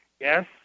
yes